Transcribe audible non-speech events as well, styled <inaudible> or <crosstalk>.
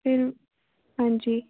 <unintelligible> ਹਾਂਜੀ